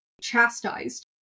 chastised